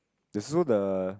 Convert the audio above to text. there's also the